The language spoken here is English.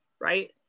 right